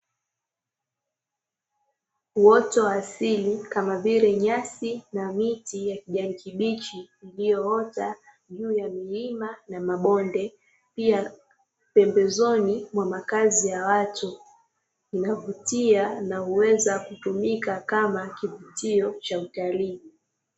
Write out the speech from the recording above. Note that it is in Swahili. Uoto wa asili kama vile nyasi na miti ya kijani kibichi, iliyoota juu ya milima na mabonde. Pia pembezoni mwa makazi ya watu, inavutia na huweza kutumika kama kivutio cha utalii.